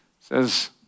says